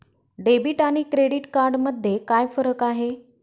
Debit आणि credit card मध्ये काय फरक आहे?